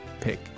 pick